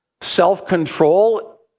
self-control